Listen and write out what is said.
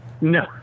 No